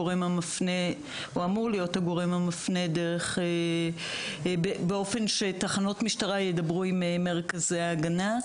והוא אמור להיות הגורם המפנה באופן שתחנות משטרה ידברו עם מרכזי ההגנה.